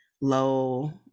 low